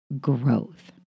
growth